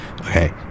okay